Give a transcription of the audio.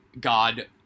God